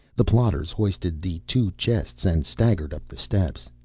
the plotters hoisted the two chests and staggered up the steps.